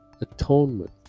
atonement